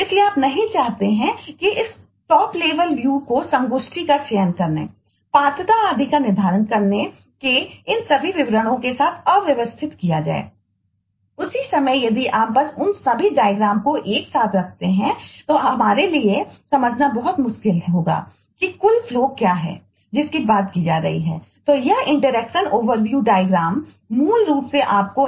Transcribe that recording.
इसलिए आप नहीं चाहते कि इस टॉप लेवल व्यू में ये सभी हों